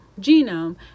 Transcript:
genome